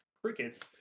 crickets